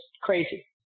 crazy